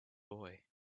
boy